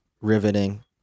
riveting